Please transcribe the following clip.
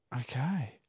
Okay